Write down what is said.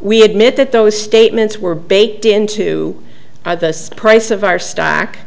we admit that those statements were baked into the price of our stock